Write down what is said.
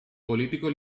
político